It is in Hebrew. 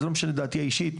זה לא משנה דעתי האישית,